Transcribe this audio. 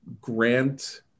grant